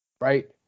right